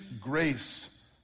grace